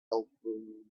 elbowing